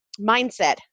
Mindset